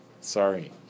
sorry